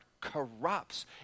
corrupts